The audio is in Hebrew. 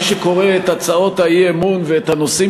מי שקורא את הצעות האי-אמון ואת הנושאים